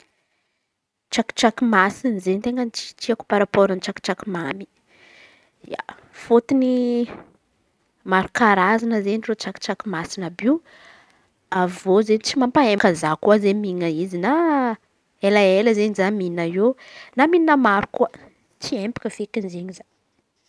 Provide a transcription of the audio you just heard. Tsakitsaky masin̈y izen̈y bôka ten̈a tiko par rapôro amy tsakitsaky mamy fôtony maro Karazan̈a izen̈y reo tsakitsaky masin̈̈a àby io. Avy eo izen̈y tsy mampa epaka za ko izen̈y mihin̈ana izy na elalela izen̈y za mihin̈a eo na mihin̈ana maro koa tsy empaka feky izen̈y za.